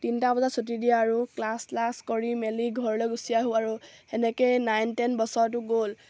তিনিটা বজাত ছুটি দিয়ে আৰু ক্লাছ স্লাচ কৰি মেলি ঘৰলৈ গুচি আহোঁ আৰু তেনেকেই নাইন টেন বছৰটো গ'ল